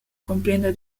cumpliendo